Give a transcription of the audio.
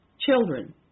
children